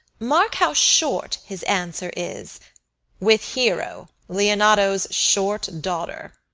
mark how short his answer is with hero, leonato's short daughter.